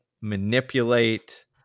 manipulate